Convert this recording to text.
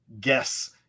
guess